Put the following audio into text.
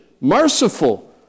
merciful